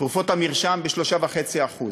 המרשם ב-3.5%.